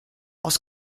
aus